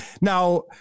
Now